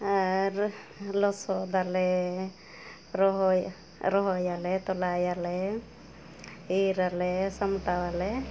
ᱟᱨ ᱞᱚᱥᱚᱫᱟᱞᱮ ᱨᱚᱦᱚᱭ ᱨᱚᱦᱚᱭᱟᱞᱮ ᱛᱚᱞᱟᱭᱟᱞᱮ ᱤᱨᱟᱞᱮ ᱥᱟᱢᱴᱟᱣᱟᱞᱮ